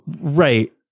Right